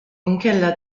inkella